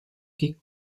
che